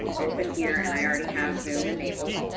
um open, here, and i already have zoom enabled.